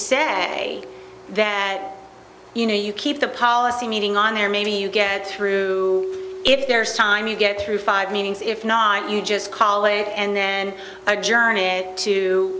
say that you know you keep the policy meeting on there maybe you get through if there's time you get through five meetings if not you just call it and then our journey to